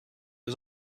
was